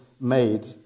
made